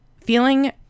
Feeling